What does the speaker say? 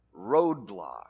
roadblock